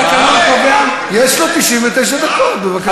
התקנון קובע, יש לו 99 דקות, בבקשה.